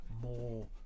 more